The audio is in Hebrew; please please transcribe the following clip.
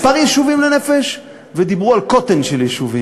אני בכוונה דיברו על מספר יישובים לנפש ודיברו על קוטן של יישובים.